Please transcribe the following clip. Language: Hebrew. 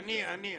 אני אני אני.